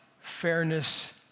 fairness